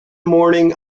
morning